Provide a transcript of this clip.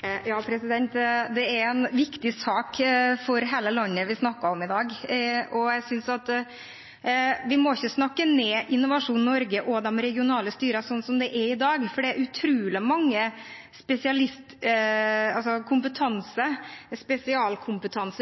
Det er en viktig sak for hele landet vi snakker om i dag. Jeg synes ikke vi må snakke ned Innovasjon Norge og de regionale styrene slik det er i dag, for det er utrolig mye spesialkompetanse